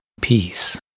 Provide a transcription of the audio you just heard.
peace